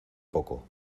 poco